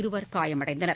இருவர் காயமடைந்தனர்